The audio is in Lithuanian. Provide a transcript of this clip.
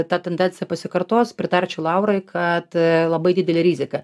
ta tendencija pasikartos pritarčiau laurai kad labai didelė rizika